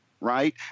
right